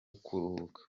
kuruhuka